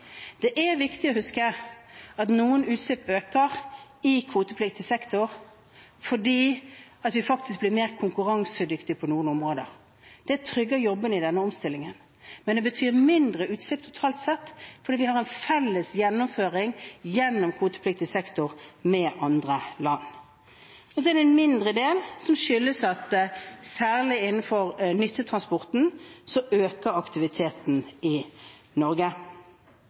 Det er viktig å huske at noen utslipp øker i kvotepliktig sektor fordi vi faktisk blir mer konkurransedyktige på noen områder. Det trygger jobbene i denne omstillingen, men det betyr mindre utslipp totalt sett fordi vi har en felles gjennomføring gjennom kvotepliktig sektor med andre land. Så er det en mindre del av utslippsøkningen som skyldes at særlig innenfor nyttetransporten øker aktiviteten i Norge.